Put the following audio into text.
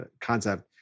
concept